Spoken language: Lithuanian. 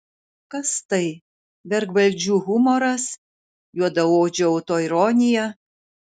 kas tai vergvaldžių humoras juodaodžių autoironija